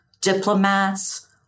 diplomats